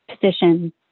position